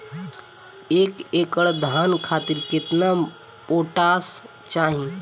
एक एकड़ धान खातिर केतना पोटाश चाही?